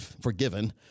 forgiven